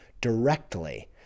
directly